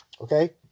okay